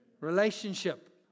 Relationship